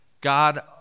God